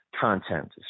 content